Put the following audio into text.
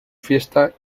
fiesta